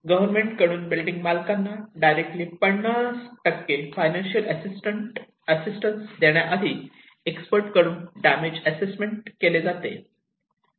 government कडून building मालकांना directly 50 financial assistant देण्याआधी एक्सपर्ट कडून डॅमेज असेसमेंट केले जाते